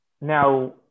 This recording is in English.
Now